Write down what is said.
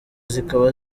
zikaba